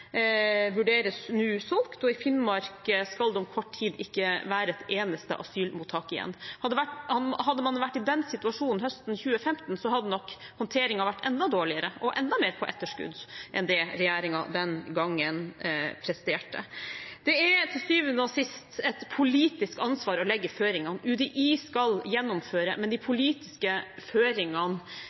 vurderes nå solgt, og i Finnmark skal det om kort tid ikke være et eneste asylmottak igjen. Hadde man vært i den situasjonen høsten 2015, hadde nok håndteringen vært enda dårligere og enda mer på etterskudd enn det regjeringen den gangen presterte. Det er til syvende og sist et politisk ansvar å legge føringene. UDI skal gjennomføre, men de politiske føringene